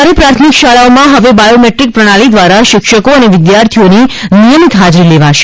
સરકારી પ્રાથમિક શાળાઓમાં હવે બાયોમેટ્રીક પ્રણાલી દ્વારા શિક્ષકો અને વિદ્યાર્થીઓની નિયમિત હાજરી લવાશે